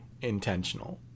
intentional